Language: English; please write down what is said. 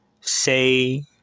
say